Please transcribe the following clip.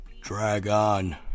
dragon